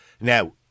Now